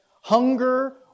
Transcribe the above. hunger